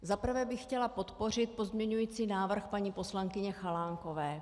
Za prvé bych chtěla podpořit pozměňující návrh paní poslankyně Chalánkové.